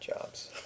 jobs